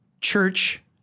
church